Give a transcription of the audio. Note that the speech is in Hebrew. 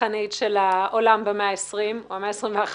הצרכנית של העולם במאה ה-20 או במאה ה-21,